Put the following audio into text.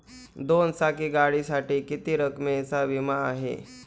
दोन चाकी गाडीसाठी किती रकमेचा विमा आहे?